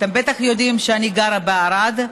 אתם בטח יודעים שאני גרה בערד,